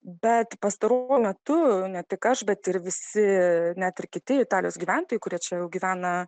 bet pastaruoju metu ne tik aš bet ir visi net ir kiti italijos gyventojai kurie čia jau gyvena